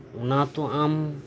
ᱚᱱᱟ ᱛᱚ ᱟᱢ